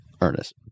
Ernest